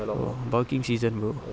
oh bulking season bro